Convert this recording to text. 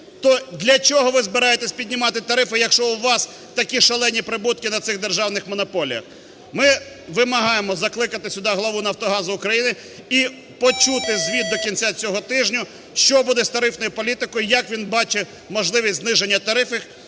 для чого ви збираєтесь піднімати тарифи, якщо у вас такі шалені прибутки на цих державних монополіях? Ми вимагаємо закликати сюди главу "Нафтогазу України" і почути звіт до кінця цього тижня, що буде з тарифною політикою, як він бачить можливість зниження тарифів